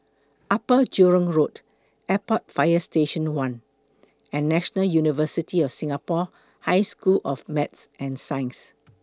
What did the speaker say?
Upper Jurong Road Airport Fire Station one and National University of Singapore High School of Math and Science